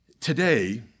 Today